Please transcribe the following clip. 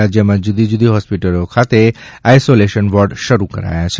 રાજ્યમાં જૂદી જૂદી હોસ્પિટલો ખાતે આઇસોલેશન વોર્ડ શરૂ કરાયા છે